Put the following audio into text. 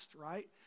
right